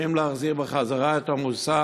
צריכים להחזיר את המושג